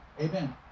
Amen